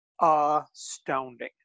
astounding